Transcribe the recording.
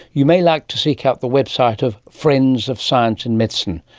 you may like to seek out the website of friends of science in medicine,